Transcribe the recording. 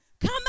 come